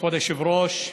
כבוד היושב-ראש,